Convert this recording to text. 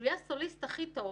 אני בטוח